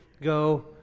go